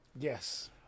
yes